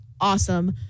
awesome